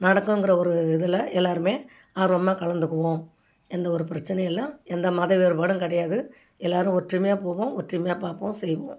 நடக்குங்கிற ஒரு இதில் எல்லோருமே ஆர்வமாக கலந்துக்குவோம் எந்த ஒரு பிரச்சினையும் இல்லை எந்த மத வேறுபாடும் கிடையாது எல்லோரும் ஒற்றுமையாக போவோம் ஒற்றுமையாக பார்ப்போம் செய்வோம்